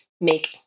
make